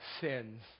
sins